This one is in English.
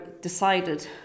decided